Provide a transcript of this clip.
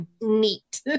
neat